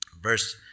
Verse